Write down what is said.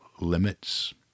limits